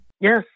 Yes